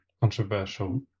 Controversial